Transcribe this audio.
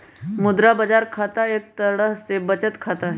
मुद्रा बाजार खाता एक तरह के बचत खाता हई